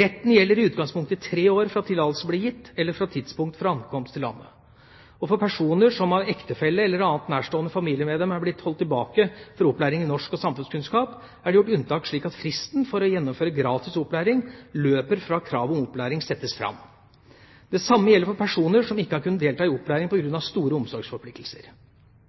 Retten gjelder i utgangspunktet i tre år fra tillatelse ble gitt, eller fra tidspunkt for ankomst til landet. For personer som av ektefelle eller annet nærstående familiemedlem er blitt holdt tilbake fra opplæring i norsk og samfunnskunnskap, er det gjort unntak, slik at fristen for å gjennomføre gratis opplæring løper fra kravet om opplæring settes fram. Det samme gjelder for personer som ikke har kunnet delta i opplæring på grunn av store omsorgsforpliktelser.